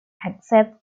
accept